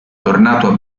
tornato